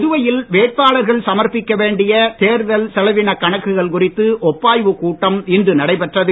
புதுவையில் வேட்பாளர்கள் சமர்ப்பிக்க வேண்டிய தேர்தல் செலவின கணக்குகள் குறித்து ஒப்பாய்வு கூட்டம் இன்று நடைபெற்றது